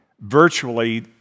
virtually